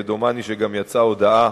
וגם יצאה הודעה,